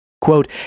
Quote